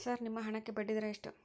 Sir ನಿಮ್ಮ ಹಣಕ್ಕೆ ಬಡ್ಡಿದರ ಎಷ್ಟು?